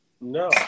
No